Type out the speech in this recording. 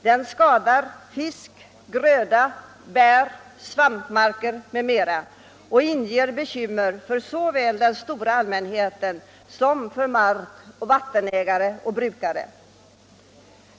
Den skadar fisk, gröda, bär, svampmarker m.m. och skapar bekymmer såväl för den stora allmänheten som för ägare och brukare av mark och vatten.